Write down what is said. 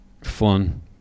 fun